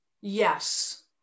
Yes